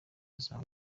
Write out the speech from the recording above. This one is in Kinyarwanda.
buzima